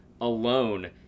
alone